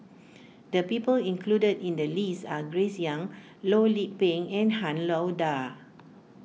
the people included in the list are Grace Young Loh Lik Peng and Han Lao Da